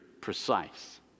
precise